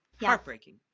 Heartbreaking